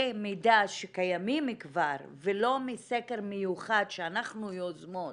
מידע שקיימים כבר ולא מסקר מיוחד שאנחנו יוזמות